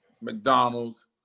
McDonald's